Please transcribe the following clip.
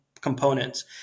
components